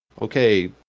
okay